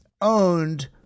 owned